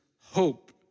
hope